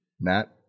Matt